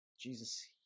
Jesus